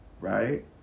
right